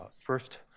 First